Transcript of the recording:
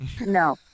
no